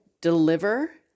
deliver